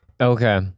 okay